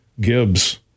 Gibbs